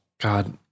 God